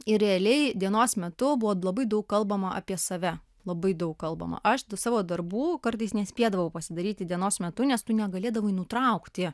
ir realiai dienos metu buvo labai daug kalbama apie save labai daug kalbama aš savo darbų kartais nespėdavau pasidaryti dienos metu nes tu negalėdavai nutraukti